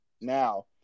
Now